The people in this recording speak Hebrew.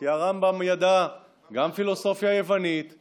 אני משוכנע שאם היית שואל את